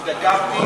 התעכבתי.